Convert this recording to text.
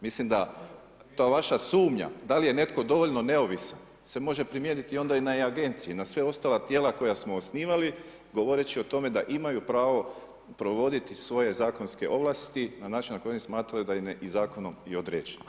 Mislim da ta vaša sumnja da li je netko dovoljno neovisan se može primijeniti onda i na agencije i na sva ostala tijela koja smo osnivali, govoreći o tome da imaju pravo provoditi svoje zakonske ovlasti, na način na koji oni smatraju da zakonom i određenom.